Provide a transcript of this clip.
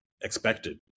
expected